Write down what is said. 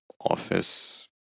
office